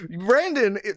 Brandon